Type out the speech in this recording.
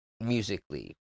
musically